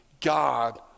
God